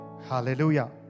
Hallelujah